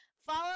Follow